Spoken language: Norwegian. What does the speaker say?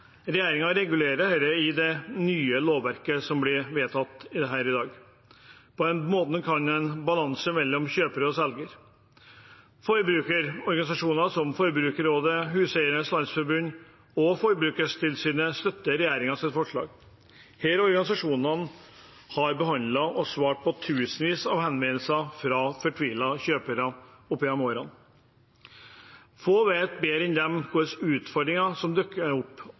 regulerer dette i det nye lovverket som blir vedtatt her i dag – en balanse mellom selger og kjøper. Forbrukerorganisasjoner som Forbrukerrådet, Huseiernes Landsforbund og Forbrukertilsynet støtter regjeringens forslag. Disse organisasjonene har behandlet og svart på tusenvis av henvendelser fra fortvilte kjøpere opp gjennom årene. Få vet bedre enn dem hvilke utfordringer som dukker opp